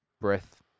breath